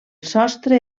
sostre